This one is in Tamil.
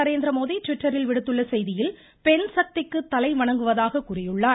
நரேந்திரமோடி ட்விட்டரில் விடுத்துள்ள செய்தியில் பெண் சக்திக்கு தலைவணங்குவதாக கூறியுள்ளார்